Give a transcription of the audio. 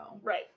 Right